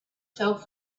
fell